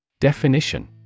Definition